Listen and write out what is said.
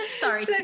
sorry